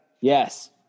yes